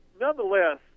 nonetheless